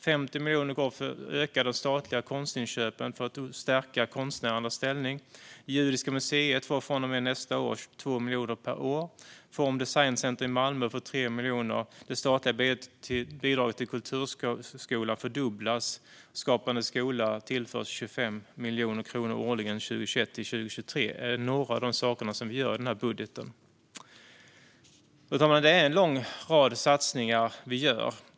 50 miljoner går till ökade statliga konstinköp för att stärka konstnärernas ställning. Judiska museet får från och med nästa år 2 miljoner per år. Form/Design Center i Malmö får 3 miljoner. Det statliga bidraget till kulturskolan fördubblas. Skapande skola tillförs 25 miljoner kronor årligen under 2021-2023. Det är några av de saker som vi gör i denna budget. Fru talman! Det är en lång rad satsningar vi gör.